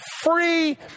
free